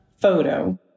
photo